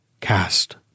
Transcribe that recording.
cast